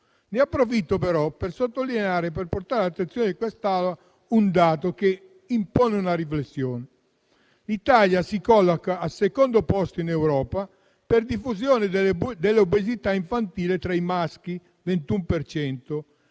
Ne approfitto per portare all'attenzione dell'Assemblea un dato che impone una riflessione. L'Italia si colloca al secondo posto in Europa per diffusione dell'obesità infantile tra i maschi (21